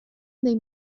dei